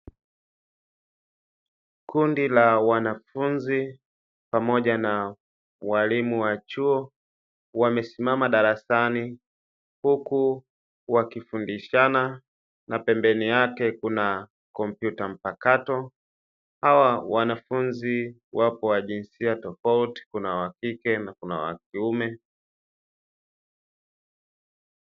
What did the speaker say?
Kundi la wanafunzi pamoja na walimu wa chuo wamesimama darasani, huku wakifundishana na pembeni yake kuna kompyuta mpakato, hawa wanafunzi wapo wa jinsia tofauti kuna wa kike na kuna wa kiume.